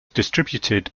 distributed